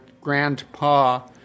Grandpa